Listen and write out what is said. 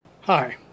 Hi